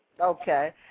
Okay